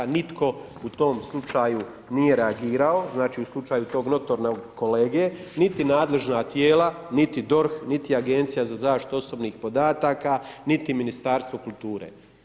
Nitko u tom slučaju nije reagirao, znači u slučaju tog notornog kolege, niti nadležna tijela, niti DORH niti Agencija za zaštitu osobnih podataka, niti Ministarstvo kulture.